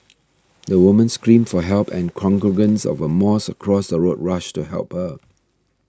the woman screamed for help and congregants of a mosque across the road rushed to help her